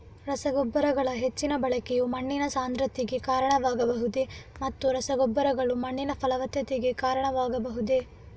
ರಸಗೊಬ್ಬರಗಳ ಹೆಚ್ಚಿನ ಬಳಕೆಯು ಮಣ್ಣಿನ ಸಾಂದ್ರತೆಗೆ ಕಾರಣವಾಗಬಹುದೇ ಮತ್ತು ರಸಗೊಬ್ಬರಗಳು ಮಣ್ಣಿನ ಫಲವತ್ತತೆಗೆ ಕಾರಣವಾಗಬಹುದೇ?